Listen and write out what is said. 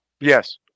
Yes